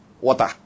water